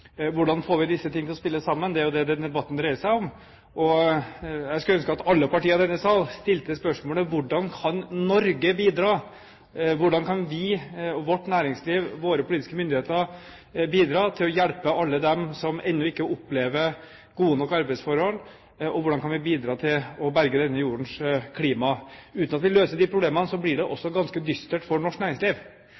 Hvordan får vi disse tingene til å spille sammen? Det er jo det denne debatten dreier seg om. Jeg skulle ønske at alle partier i denne sal stilte spørsmålet: Hvordan kan Norge bidra? Hvordan kan vi – vårt næringsliv og våre politiske myndigheter – bidra til å hjelpe alle dem som ennå ikke opplever gode nok arbeidsforhold? Hvordan kan vi bidra til å berge denne jordens klima? Uten at vi løser de problemene, blir det